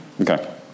Okay